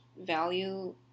value